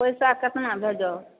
पैसा कैतना दऽ जाउ